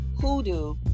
hoodoo